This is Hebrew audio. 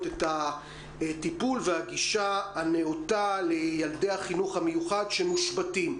את הטיפול והגישה הנאותה לילדי החינוך המיוחד שמושבתים,